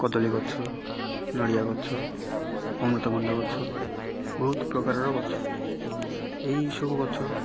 କଦଳୀ ଗଛ ନଡ଼ିଆ ଗଛ ଅମୃତଭଣ୍ଡା ଗଛ ବହୁତ ପ୍ରକାରର ଗଛ ଏଇସବୁ ଗଛ